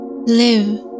Live